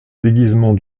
déguisement